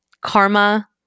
karma